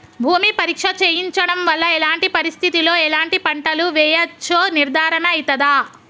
భూమి పరీక్ష చేయించడం వల్ల ఎలాంటి పరిస్థితిలో ఎలాంటి పంటలు వేయచ్చో నిర్ధారణ అయితదా?